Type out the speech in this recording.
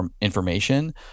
information